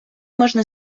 можна